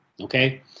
Okay